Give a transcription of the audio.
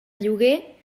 lloguer